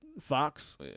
Fox